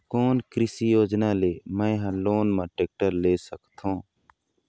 कोन कृषि योजना ले मैं हा लोन मा टेक्टर ले सकथों?